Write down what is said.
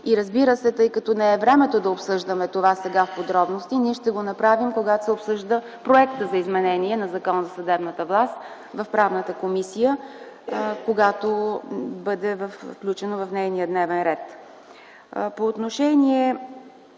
Разбирате, тъй като не е времето да обсъждаме това сега в подробности, ние ще го направим, когато се обсъжда проектът за изменение на Закона за съдебната власт в Комисията по правни въпроси, когато бъде включено в нейния дневен ред. По отношение